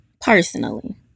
Personally